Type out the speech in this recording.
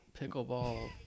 pickleball